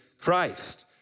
Christ